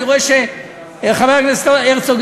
אני רואה שחבר הכנסת הרצוג,